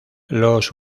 los